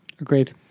Agreed